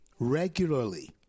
regularly